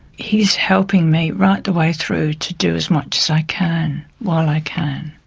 he is helping me right the way through to do as much as i can, while i can.